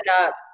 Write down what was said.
up